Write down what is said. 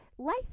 life